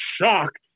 shocked